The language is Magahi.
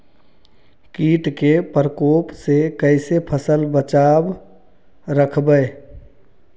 कीट के परकोप से कैसे फसल बचाब रखबय?